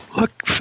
look